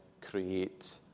create